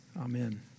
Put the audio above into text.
Amen